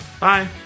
bye